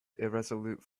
irresolute